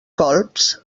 colps